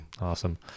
Awesome